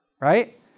Right